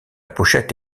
pochette